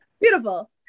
Beautiful